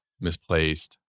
misplaced